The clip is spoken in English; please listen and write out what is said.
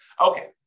Okay